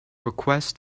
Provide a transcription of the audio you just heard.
request